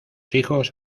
hijos